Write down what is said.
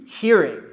hearing